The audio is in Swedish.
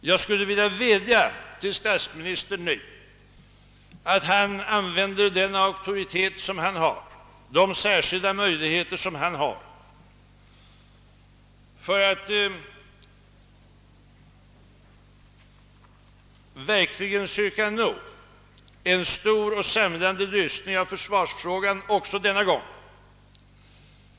Jag skulle vilja vädja till statsministern att han använder den auktoritet och de särskilda möjligheter han har för att verkligen söka nå en stor och samlande lösning i försvarsfrågan också denna gång.